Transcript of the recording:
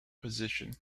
position